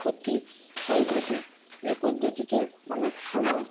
ক্ষতি হয়ে থাকে এই পদ্ধতিতে অনেক সময়